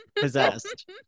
possessed